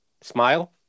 Smile